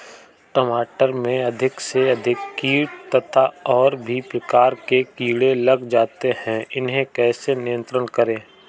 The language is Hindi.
टमाटर में अधिक से अधिक कीट तथा और भी प्रकार के कीड़े लग जाते हैं इन्हें कैसे नियंत्रण करें?